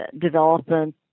development